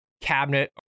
cabinet